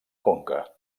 conca